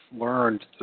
learned